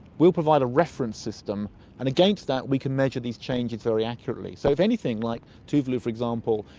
we'll provide a reference system and against that we can measure these changes very accurately. so if anything, like tuvalu, for example,